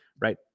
right